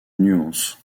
nuances